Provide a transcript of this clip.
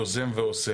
יוזם ועושה.